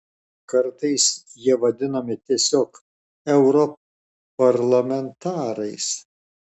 kartais jie vadinami tiesiog europarlamentarais